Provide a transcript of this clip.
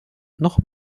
noch